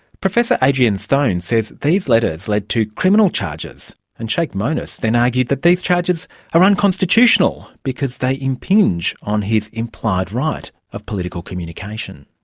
professor adrienne stone says these letters lead to criminal charges, and sheik monis then argued that these charges are unconstitutional because they impinge on his implied right of political communication.